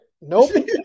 Nope